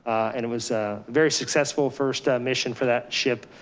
and it was a very successful first a mission for that ship.